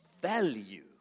value